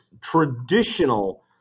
traditional